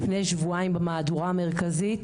לפני שבועיים במהדורה המרכזית,